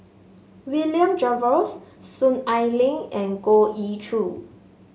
William Jervois Soon Ai Ling and Goh Ee Choo